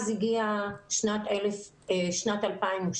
אז הגיעה שנת 2002,